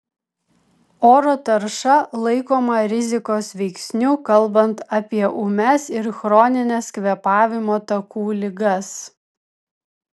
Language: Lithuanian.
oro tarša laikoma rizikos veiksniu kalbant apie ūmias ir chronines kvėpavimo takų ligas